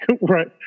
Right